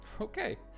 okay